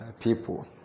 people